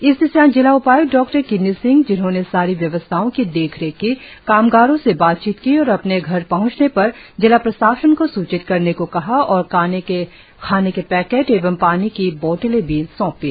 east Siang जिला उपाय्क्त डॉ किन्नी सिंह जिन्होंने सारी व्यवस्थाओं की देखरेख की कामगारों से बातचीत की और अपने घर पहूँचने पर जिला प्रशासन को सूचित करने को कहा और खाने के पैकेट एवं पानी की बोतलें भी सौंपी